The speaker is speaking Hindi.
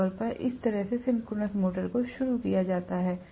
आम तौर पर इस तरह से सिंक्रोनस मोटर को शुरू किया जाता है